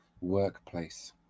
workplace